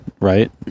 Right